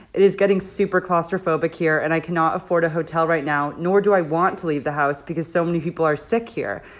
it is getting super claustrophobic here, and i cannot afford a hotel right now, nor do i want to leave the house because so many people are sick here.